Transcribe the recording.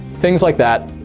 things like that.